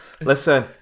Listen